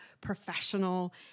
professional